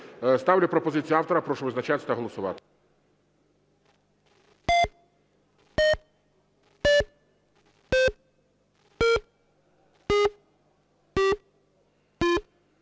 Ставлю пропозицію автора. Прошу визначатися та голосувати.